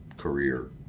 career